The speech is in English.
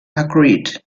agreed